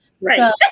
right